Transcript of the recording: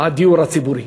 הדיור הציבורי.